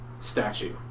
statue